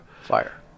fire